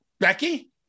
Becky